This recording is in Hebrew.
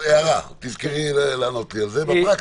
תזכרי לענות לי על זה בפרקטיקה.